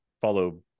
follow